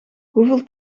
hoeveel